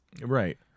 right